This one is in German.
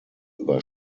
über